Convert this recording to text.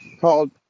called